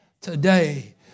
today